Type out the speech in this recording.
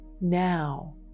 Now